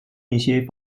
一些